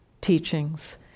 teachings